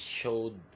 showed